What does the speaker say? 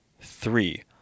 Three